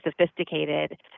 sophisticated